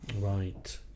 right